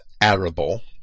arable